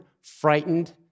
frightened